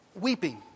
weeping